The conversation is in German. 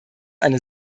eine